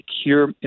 secure